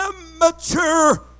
immature